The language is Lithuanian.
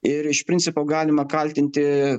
ir iš principo galima kaltinti